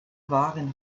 waren